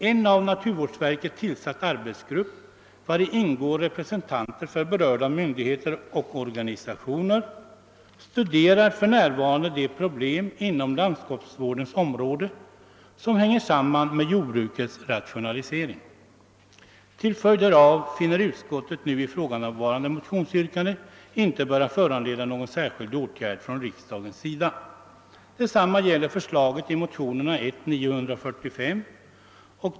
En av naturvårdsverket tillsatt arbetsgrupp, vari ingår representanter för berörda myndigheter och organisationer, studerar för närvarande de problem på landskapsvårdens område som hänger samman med jordbrukets rationalisering. Till följd därav finner utskottet nu ifrågavarande motionsyrkanden inte böra föranleda någon särskild åtgärd från riksdagens sida.